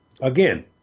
again